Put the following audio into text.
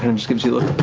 and just gives you look.